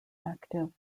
active